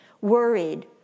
worried